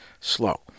slow